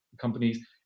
companies